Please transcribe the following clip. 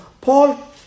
Paul